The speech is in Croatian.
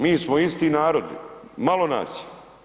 Mi smo isti narodi, malo nas je.